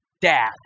Dad